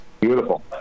beautiful